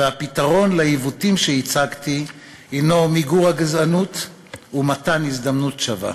והפתרון לעיוותים שהצגתי הוא מיגור הגזענות ומתן הזדמנות שווה.